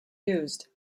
used